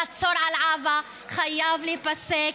המצור על עזה חייב להיפסק.